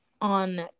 on